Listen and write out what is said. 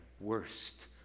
worst